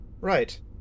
Right